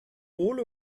wohl